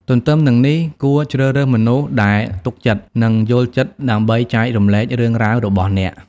ទទ្ទឹមនឹងនេះ គួរជ្រើសរើសមនុស្សដែលទុកចិត្ត និងយល់ចិត្តដើម្បីចែករំលែករឿងរ៉ាវរបស់អ្នក។